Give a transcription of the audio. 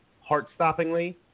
heart-stoppingly